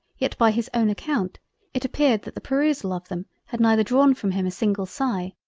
yet by his own account it appeared that the perusal of them, had neither drawn from him a single sigh,